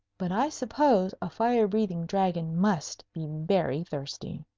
but i suppose a fire-breathing dragon must be very thirsty.